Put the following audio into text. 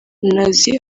nazi